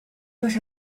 but